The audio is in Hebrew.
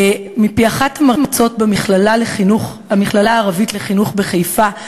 מפי אחת המרצות במכללה הערבית לחינוך בחיפה,